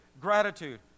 Gratitude